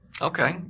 Okay